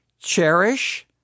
cherish